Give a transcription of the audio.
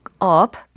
up